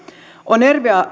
on